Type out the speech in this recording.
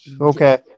Okay